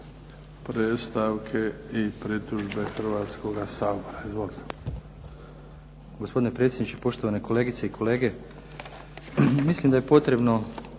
predstavke i pritužbe Hrvatskoga sabora.